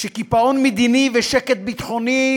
שקיפאון מדיני ושקט ביטחוני,